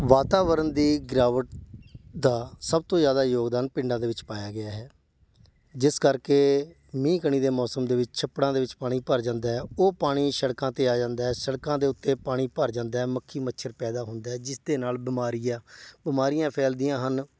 ਵਾਤਾਵਰਨ ਦੀ ਗਿਰਾਵਟ ਦਾ ਸਭ ਤੋਂ ਜ਼ਿਆਦਾ ਯੋਗਦਾਨ ਪਿੰਡਾਂ ਦੇ ਵਿੱਚ ਪਾਇਆ ਗਿਆ ਹੈ ਜਿਸ ਕਰਕੇ ਮੀਂਹ ਕਣੀ ਦੇ ਮੌਸਮ ਦੇ ਵਿੱਚ ਛੱਪੜਾਂ ਦੇ ਵਿੱਚ ਪਾਣੀ ਭਰ ਜਾਂਦਾ ਹੈ ਉਹ ਪਾਣੀ ਸੜਕਾਂ 'ਤੇ ਆ ਜਾਂਦਾ ਸੜਕਾਂ ਦੇ ਉੱਤੇ ਪਾਣੀ ਭਰ ਜਾਂਦਾ ਹੈ ਮੱਖੀ ਮੱਛਰ ਪੈਦਾ ਹੁੰਦਾ ਹੈ ਜਿਸ ਦੇ ਨਾਲ ਬਿਮਾਰੀਆਂ ਬਿਮਾਰੀਆਂ ਫੈਲਦੀਆਂ ਹਨ